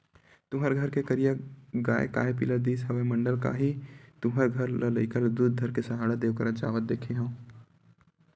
तुँहर घर के करिया गाँय काय पिला दिस हवय मंडल, काली तुँहर घर लइका ल दूद धर के सहाड़ा देव करा जावत देखे हँव?